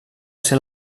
ser